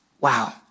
Wow